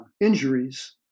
injuries